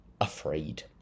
afraid